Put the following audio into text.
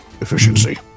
Efficiency